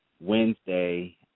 Wednesday